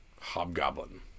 Hobgoblin